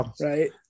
right